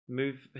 move